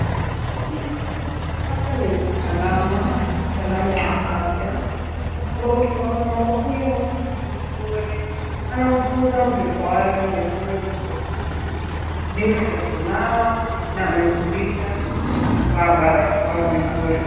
Hapa ni usalama, usalama wa afya kwa sababu tunaona mama huyo mzuri anamfunza mtoto wake au niseme mtoto huyo jinsi ya kunawa na amemfundisha kuvaa barakoa vizuri.